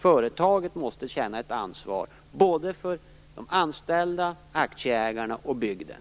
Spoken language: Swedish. Företaget måste känna ett ansvar både för de anställda, för aktieägarna och för bygden.